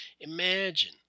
Imagine